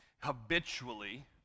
habitually